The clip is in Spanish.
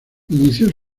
inició